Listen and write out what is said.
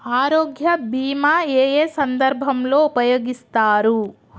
ఆరోగ్య బీమా ఏ ఏ సందర్భంలో ఉపయోగిస్తారు?